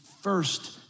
first